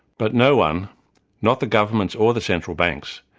but no-one, not the governments or the central banks,